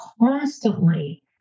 constantly